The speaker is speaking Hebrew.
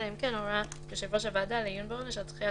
אלא אם כן הורה יושב ראש הוועדה לעיון בעונש על דחיית